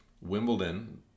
Wimbledon